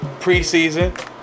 preseason